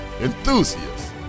enthusiasts